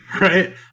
Right